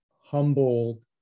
humbled